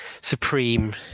supreme